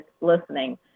listening